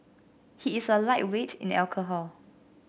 he is a lightweight in alcohol